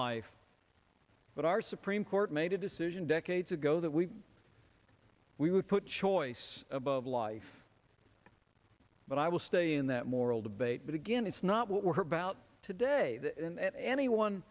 life but our supreme court made a decision decades ago that we we would put choice above life but i will stay in that moral debate but again it's not what we're about today and any one